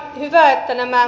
herra puhemies